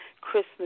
Christmas